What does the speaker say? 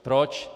Proč?